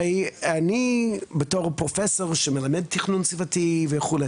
אני בתור פרופ' שמלמד תכנון סביבתי וכו',